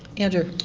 andrew